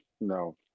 no